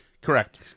Correct